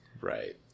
Right